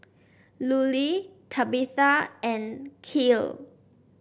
Lulie Tabitha and Kiel